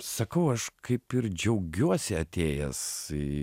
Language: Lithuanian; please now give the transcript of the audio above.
sakau aš kaip ir džiaugiuosi atėjęs į